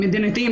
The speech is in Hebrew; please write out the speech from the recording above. מדינתיים,